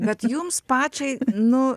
bet jums pačiai nu